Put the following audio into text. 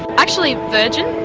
actually virgin,